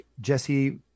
Jesse